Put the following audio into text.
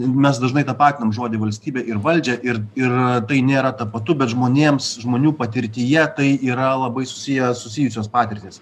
mes dažnai tapatinam žodį valstybė ir valdžią ir ir tai nėra tapatu bet žmonėms žmonių patirtyje tai yra labai susiję susijusios patirtys